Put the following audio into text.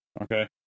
Okay